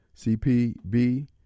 CPB